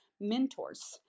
mentors